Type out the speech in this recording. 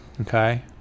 Okay